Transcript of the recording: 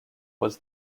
was